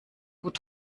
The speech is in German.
gut